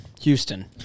Houston